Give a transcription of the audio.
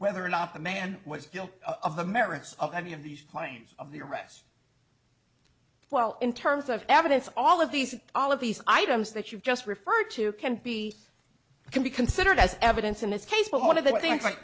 whether or not the man was guilty of the merits of any of these claims of the arrest well in terms of evidence all of these all of these items that you just referred to can be can be considered as evidence in this case but one of the things like